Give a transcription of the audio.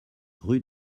rue